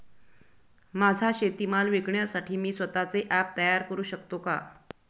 माझा शेतीमाल विकण्यासाठी मी स्वत:चे ॲप तयार करु शकतो का?